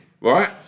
right